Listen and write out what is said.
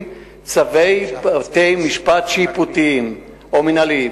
צווי בתי-משפט שיפוטיים או מינהליים.